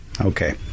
Okay